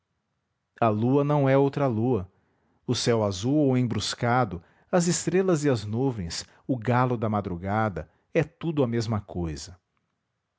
a lua não é outra lua o céu azul ou embruscado as estrelas e as nuvens o galo da madrugada é tudo a mesma cousa